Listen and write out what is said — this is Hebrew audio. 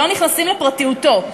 לא נכנסים לפרטיותו.